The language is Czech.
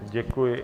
Děkuji.